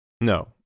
No